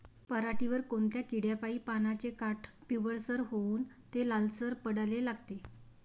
पऱ्हाटीवर कोनत्या किड्यापाई पानाचे काठं पिवळसर होऊन ते लालसर पडाले लागते?